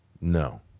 no